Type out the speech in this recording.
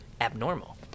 abnormal